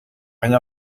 rien